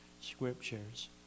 scriptures